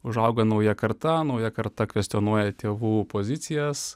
užauga nauja karta nauja karta kvestionuoja tėvų pozicijas